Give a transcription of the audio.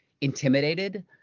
intimidated